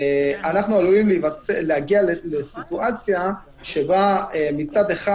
אנחנו עלולים להגיע לסיטואציה שבה מצד אחד